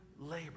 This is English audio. labor